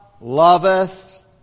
loveth